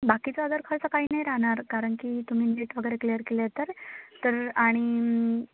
बाकीचं अदर खर्च काही नाही राहणार कारण की तुम्ही नेट वगैरे क्लिअर केले तर आणि